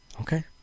Okay